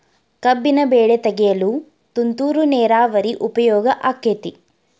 ಕಬ್ಬಿನ ಬೆಳೆ ತೆಗೆಯಲು ತುಂತುರು ನೇರಾವರಿ ಉಪಯೋಗ ಆಕ್ಕೆತ್ತಿ?